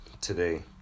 Today